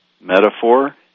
metaphor